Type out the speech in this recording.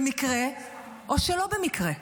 במקרה או שלא במקרה.